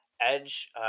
Edge